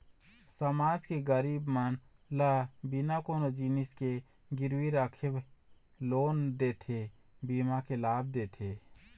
समाज के गरीब मन ल बिना कोनो जिनिस के गिरवी रखे लोन देथे, बीमा के लाभ देथे